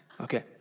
Okay